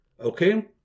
okay